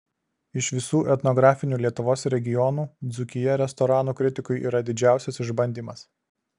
iš visų etnografinių lietuvos regionų dzūkija restoranų kritikui yra didžiausias išbandymas